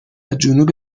جنوب